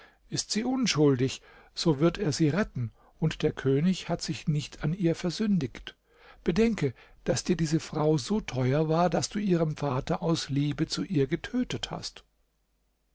ist sie unschuldig so wird er sie retten und der könig hat sich nicht an ihr versündigt bedenke daß dir diese frau so teuer war daß du ihren vater aus liebe zu ihr getötet hast